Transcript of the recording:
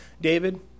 David